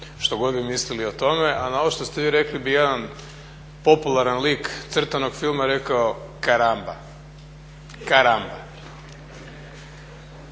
što god vi mislili o tome, a na ovo što ste vi rekli bi jedan popularan lik crtanog filma rekao karamba. Karamba.